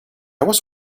was